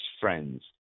friends